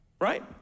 right